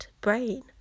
brain